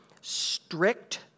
strict